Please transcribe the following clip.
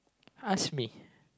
ask me